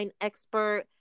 expert